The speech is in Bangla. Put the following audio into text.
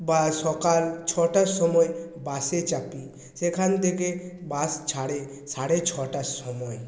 বা সকাল ছটার সময় বাসে চাপি সেখান থেকে বাস ছাড়ে সাড়ে ছটার সময়